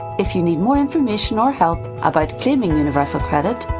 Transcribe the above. if you need more information or help about claiming universal credit,